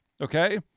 okay